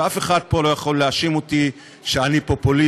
ואף אחד פה לא יכול להאשים אותי שאני פופוליסט,